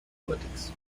politics